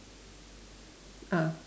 ah